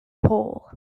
pole